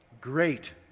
great